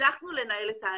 הצלחנו לנהל את ההליך.